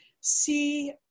see